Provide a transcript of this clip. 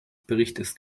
berichtes